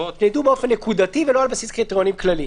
ניתנו באופן נקודתי ולא לפי קריטריונים כלליים.